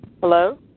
Hello